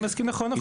נכון, נכון.